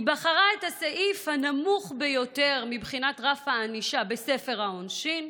היא בחרה את הסעיף הנמוך ביותר מבחינת רף הענישה בספר העונשין,